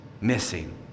missing